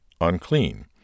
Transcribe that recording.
unclean